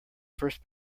first